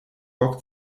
bock